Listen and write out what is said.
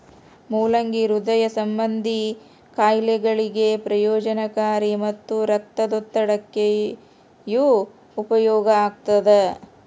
ಮುಲ್ಲಂಗಿ ಹೃದಯ ಸಂಭಂದಿ ಖಾಯಿಲೆಗಳಿಗೆ ಪ್ರಯೋಜನಕಾರಿ ಮತ್ತು ರಕ್ತದೊತ್ತಡಕ್ಕೆಯೂ ಉಪಯೋಗ ಆಗ್ತಾದ